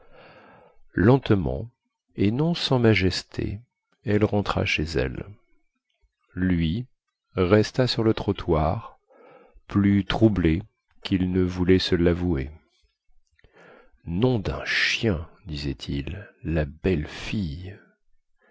lentement et non sans majesté elle rentra chez elle lui resta sur le trottoir plus troublé quil ne voulait se lavouer nom dun chien disait-il la belle fille